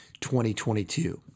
2022